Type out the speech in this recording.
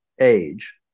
age